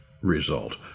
result